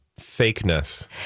fakeness